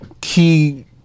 key